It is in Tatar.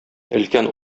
өлкән